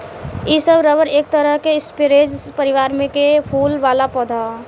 इ सब रबर एक तरह के स्परेज परिवार में के फूल वाला पौधा ह